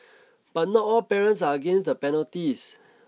but not all parents are against the penalties